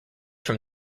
from